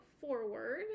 forward